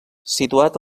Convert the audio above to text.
situat